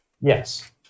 Yes